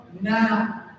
now